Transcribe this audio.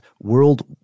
world –